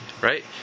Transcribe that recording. Right